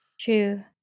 True